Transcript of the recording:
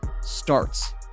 starts